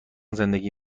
زندگی